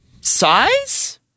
size